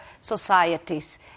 societies